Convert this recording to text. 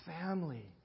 family